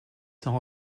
sans